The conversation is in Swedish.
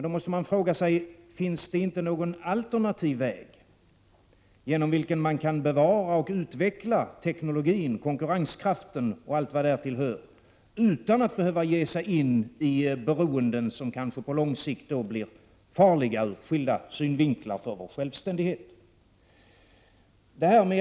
Då måste man fråga sig: Finns det inte någon alternativ väg genom vilken man kan bevara och utveckla teknologin, konkurrenskraften och allt vad därtill hör utan att behöva ge sig in i beroenden, som kanske på lång sikt blir allvarliga ur skilda synvinklar för vår självständighet?